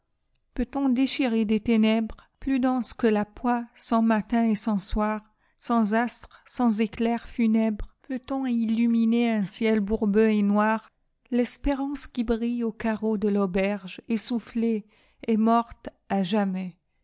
peut-on déchirer des ténèbresplus denses que la poix sans matin et sans soir sans astres sans éclairs funèbres peut-on illuminer un ciel bourbeux et noir l'espérance qui brille aux carreaux de l'auberge est soufflée est morte à jamais